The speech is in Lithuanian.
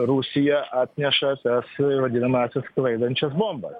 rusija atneša tas ir vadinamąsias sklaidančias bombas